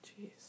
jeez